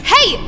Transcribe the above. Hey